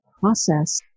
process